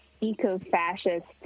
eco-fascist